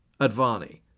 Advani